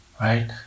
right